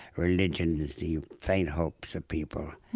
religion as the faint hopes of people.